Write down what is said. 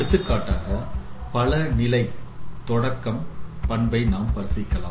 எடுத்துக்காட்டாக பல நிலை தொடக்கம் பண்பை நாம் பரிசிக்கலாம்